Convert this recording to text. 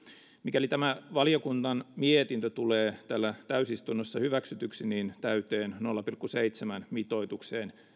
mikäli tämä valiokunnan mietintö tulee täällä täysistunnossa hyväksytyksi niin täyteen nolla pilkku seitsemän mitoitukseen